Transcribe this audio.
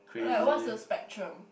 like what's the spectrum